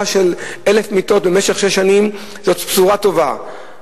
של 1,000 מיטות במשך שש שנים זו בשורה טובה,